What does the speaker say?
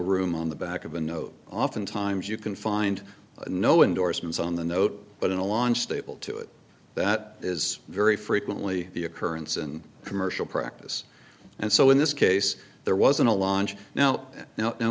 room on the back of a note oftentimes you can find no endorsements on the note but in a launch stable to it that is very frequently the occurrence and commercial practice and so in this case there wasn't a launch now now now